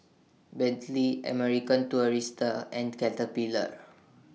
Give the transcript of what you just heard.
Bentley American Tourister and Caterpillar